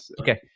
Okay